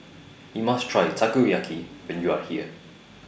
YOU must Try Takoyaki when YOU Are here